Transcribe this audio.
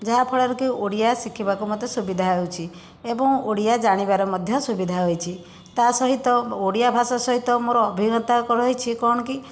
ଯାହାଫଳରେ କି ଓଡ଼ିଆ ଶିଖିବାକୁ ମୋତେ ସୁବିଧା ହେଉଛି ଏବଂ ଓଡ଼ିଆ ଜାଣିବାରେ ମଧ୍ୟ ସୁବିଧା ହୋଇଛି ତା' ସହିତ ବ ଓଡ଼ିଆ ଭାଷା ସହିତ ମୋର ଅଭିଜ୍ଞତା ରହିଛି କ'ଣ କି